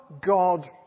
God